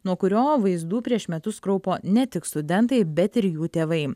nuo kurio vaizdų prieš metus kraupo ne tik studentai bet ir jų tėvai